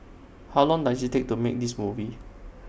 how long dose IT take to make this movie